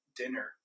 dinner